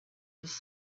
his